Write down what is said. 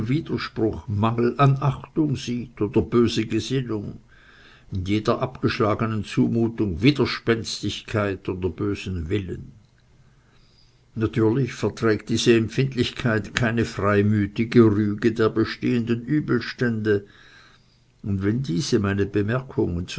widerspruch mangel an achtung sieht oder böse gesinnung in jeder abgeschlagenen zumutung widerspenstigkeit oder bösen willen natürlich verträgt diese empfindlichkeit keine freimütige rüge der bestehenden übelstände und wenn diese meine bemerkungen